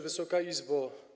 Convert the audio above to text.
Wysoka Izbo!